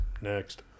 next